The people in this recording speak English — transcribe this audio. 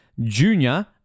Junior